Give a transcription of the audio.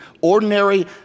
ordinary